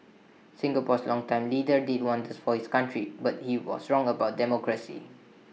Singapore's longtime leader did wonders for his country but he was wrong about democracy